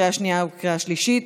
לקריאה שנייה וקריאה שלישית.